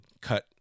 cut